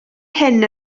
hyn